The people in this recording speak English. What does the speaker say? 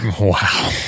Wow